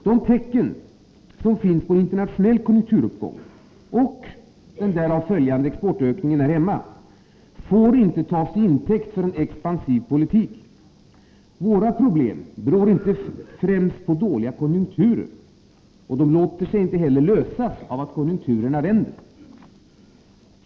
De tecken som finns på en internationell konjunkturuppgång, och den därav följande exportökningen här hemma, får inte tas till intäkt för en expansiv politik. Våra problem beror inte främst på dåliga konjunkturer, och de låter sig inte heller lösas av att konjunkturerna vänder.